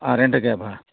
आं rent a cab आहा